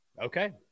Okay